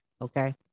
okay